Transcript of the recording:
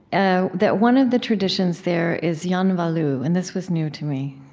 ah that one of the traditions there is yanvalou. and this was new to me.